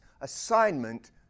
assignment